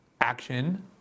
action